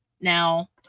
Now